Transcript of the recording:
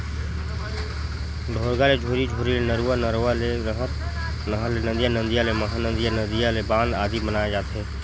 ढोरगा ले झोरी, झोरी ले नरूवा, नरवा ले नहर, नहर ले नदिया, नदिया ले महा नदिया, नदिया ले बांध आदि बनाय जाथे